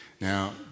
Now